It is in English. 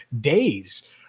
days